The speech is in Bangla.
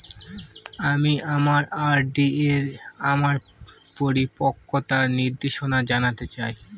আমি আমার আর.ডি এর আমার পরিপক্কতার নির্দেশনা জানতে চাই